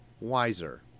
Wiser